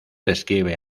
describe